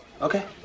Okay